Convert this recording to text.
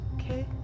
Okay